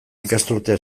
ikasturtea